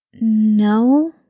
No